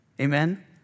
amen